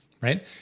right